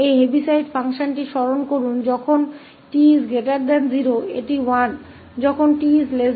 इस Heaviside function को याद करें जब 𝑡 0 यह 1 है जब 𝑡 0 यह 0 है